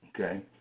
Okay